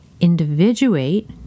individuate